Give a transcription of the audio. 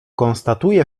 konstatuje